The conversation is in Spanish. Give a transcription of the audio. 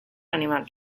animal